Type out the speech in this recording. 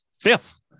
fifth